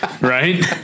Right